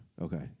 Okay